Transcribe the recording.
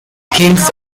kings